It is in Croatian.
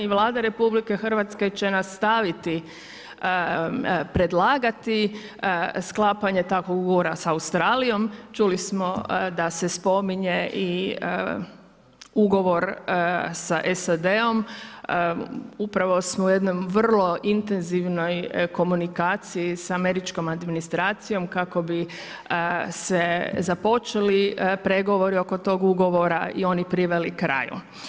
I Vlada RH će nastaviti predlagati sklapanje takvog ugovora sa Australijom, čuli smo da se spominje i ugovor sa SAD-om, upravo smo u jednoj vrlo intenzivnoj komunikaciji sa američkom administracijom kako bi se započeli pregovori oko tog ugovora i oni priveli kraju.